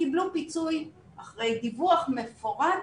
שקיבלו פיצוי אחרי דיווח מפורט